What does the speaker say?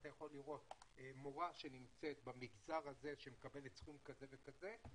אתה יכול לראות מורה שנמצאת במגזר הזה שמקבלת סכום כזה וכזה,